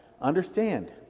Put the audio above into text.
Understand